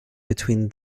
between